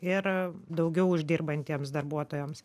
ir daugiau uždirbantiems darbuotojams